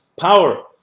power